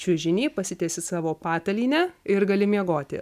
čiužinį pasitiesi savo patalynę ir gali miegoti